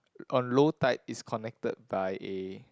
on low tide is connected by a